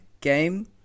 game